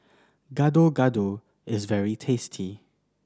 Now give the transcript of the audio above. Gado Gado is very tasty